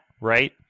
right